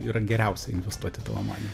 yra geriausia investuoti tomai